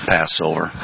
Passover